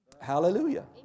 Hallelujah